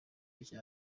rya